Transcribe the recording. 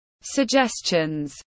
suggestions